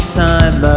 time